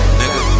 nigga